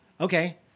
Okay